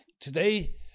Today